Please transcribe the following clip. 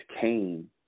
Cain